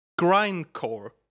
grindcore